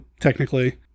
technically